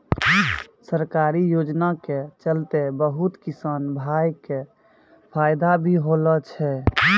सरकारी योजना के चलतैं बहुत किसान भाय कॅ फायदा भी होलो छै